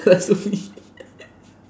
tara sue me